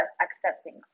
accepting